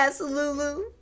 Lulu